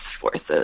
forces